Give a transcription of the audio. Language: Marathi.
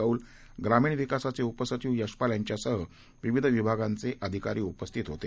कौल ग्रामीणविकासाचेउपसचिवयशपालयांच्यासहविविधविभागांचेअधिकारीउपस्थितहोते